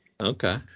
Okay